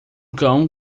cão